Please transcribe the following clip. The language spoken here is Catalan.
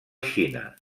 xina